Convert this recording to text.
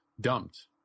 dumped